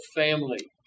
family